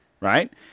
right